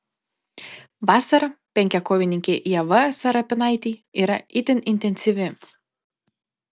vasara penkiakovininkei ieva serapinaitei yra itin intensyvi